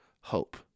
hope